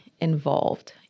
involved